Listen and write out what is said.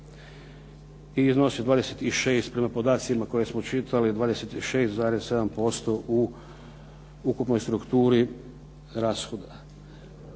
i iznosi, prema podacima koje smo čitali, 26,7% u ukupnoj strukturi rashoda.